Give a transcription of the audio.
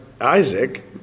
Isaac